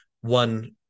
one